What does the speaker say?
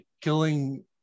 killing